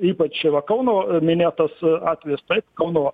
ypač va kauno minėtas atvejis taip kauno